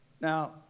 Now